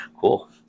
Cool